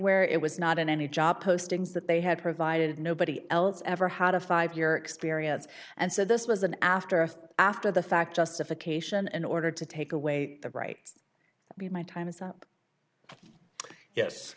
where it was not in any job postings that they had provided nobody else ever had a five year experience and so this was an afterthought after the fact justification in order to take away the rights of my time is up yes